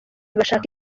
bashaka